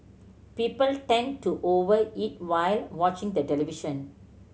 people tend to over eat while watching the television